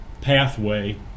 pathway